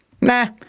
nah